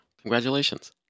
congratulations